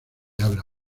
habla